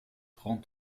trente